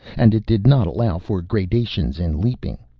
and it did not allow for gradations in leaping.